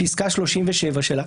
בפסקה 37 שלה,